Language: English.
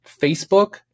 Facebook